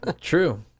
true